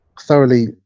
Thoroughly